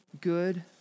good